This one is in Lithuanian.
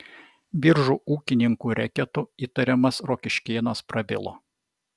biržų ūkininkų reketu įtariamas rokiškėnas prabilo